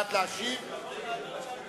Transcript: זאת שאלה שאני רוצה לדעת: מי מטפל באוצר?